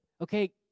okay